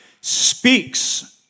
speaks